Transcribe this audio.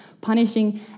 punishing